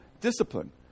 discipline